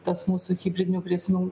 tas mūsų hibridinių grėsmių